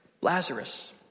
Lazarus